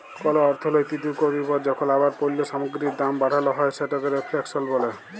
call অর্থলৈতিক দুর্গতির পর যখল আবার পল্য সামগ্গিরির দাম বাড়াল হ্যয় সেটকে রেফ্ল্যাশল ব্যলে